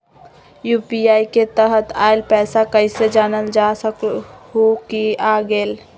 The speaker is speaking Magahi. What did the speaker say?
यू.पी.आई के तहत आइल पैसा कईसे जानल जा सकहु की आ गेल?